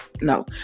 no